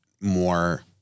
more